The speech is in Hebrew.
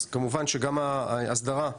אז כמובן שגם ההסדרה.